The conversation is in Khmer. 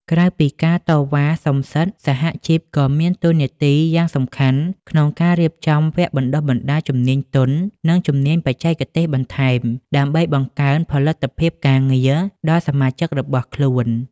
ក្រៅពីការតវ៉ាសុំសិទ្ធិ សហជីពក៏មានតួនាទីយ៉ាងសំខាន់ក្នុងការរៀបចំវគ្គបណ្តុះបណ្តាលជំនាញទន់ និងជំនាញបច្ចេកទេសបន្ថែម ដើម្បីបង្កើនផលិតភាពការងារដល់សមាជិករបស់ខ្លួន។